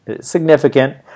significant